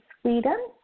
Sweden